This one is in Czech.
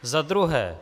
Za druhé.